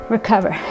Recover